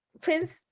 Prince